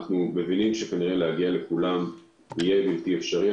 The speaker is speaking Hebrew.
אבל אנחנו מבינים שכנראה יהיה בלתי אפשרי להגיע לכולם.